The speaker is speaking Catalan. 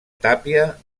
tàpia